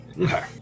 Okay